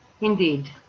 Indeed